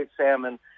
salmon